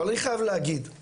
אבל אני חייב להגיד,